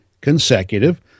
consecutive